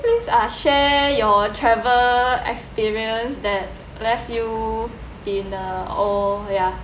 please uh share your travel experience that left you in uh oh ya